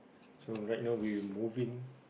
so right now we moving